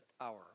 hour